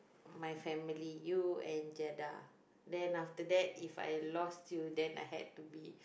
my family you and Jeda then after that if I lost you then I had to be